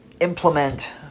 implement